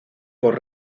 por